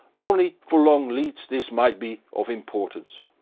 only for long leads this might be of importance.